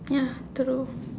ya true